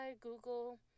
Google